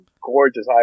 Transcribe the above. gorgeous